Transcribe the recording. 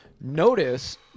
notice